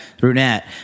Brunette